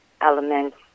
elements